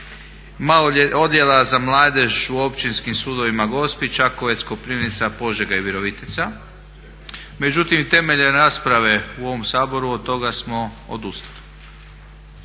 odjela za mladež u općinskom sudovima Gospića, Čakovec, Koprivnica, Požega i Virovitica. Međutim, temeljem rasprave u ovom Saboru od toga smo odustali.